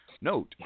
note